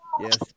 Yes